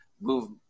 move